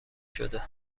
شده